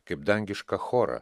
kaip dangiška chorą